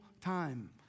time